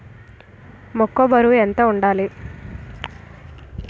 మొక్కొ బరువు ఎంత వుండాలి?